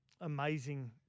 amazing